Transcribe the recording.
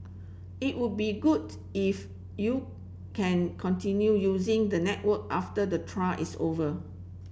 it would be good if you can continue using the network after the trial is over